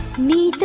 may